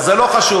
אבל זה לא חשוב,